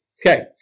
Okay